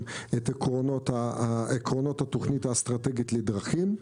את עקרונות התוכנית האסטרטגית לדרכים,